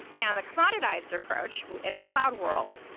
yeah and the commoditized approach in the cloud world,